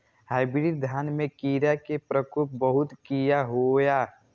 Hybrid धान में कीरा के प्रकोप बहुत किया होया?